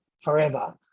forever